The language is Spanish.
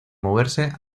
moverse